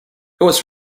was